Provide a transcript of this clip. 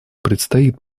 предстоит